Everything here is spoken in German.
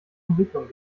entwicklung